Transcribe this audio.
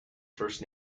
first